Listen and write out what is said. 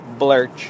Blurch